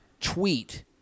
tweet